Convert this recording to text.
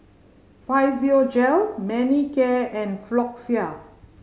Physiogel Manicare and Floxia